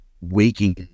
waking